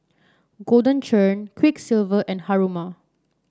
Golden Churn Quiksilver and Haruma